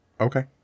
Okay